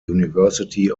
university